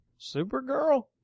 Supergirl